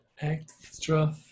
Extra